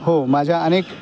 हो माझ्या अनेक